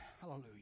Hallelujah